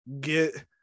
get